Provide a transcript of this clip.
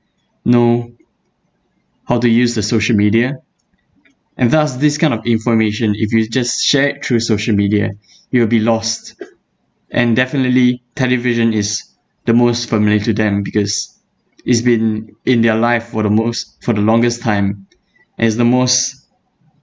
know how to use the social media and thus this kind of information if it's just shared through social media it will be lost and definitely television is the most familiar to them because it's been in their life for the most for the longest time as the most